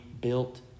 built